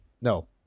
no